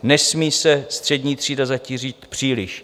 Nesmí se střední třída zatížit příliš.